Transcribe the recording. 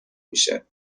میشه